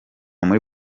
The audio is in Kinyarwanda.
muri